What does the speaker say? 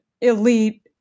elite